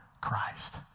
Christ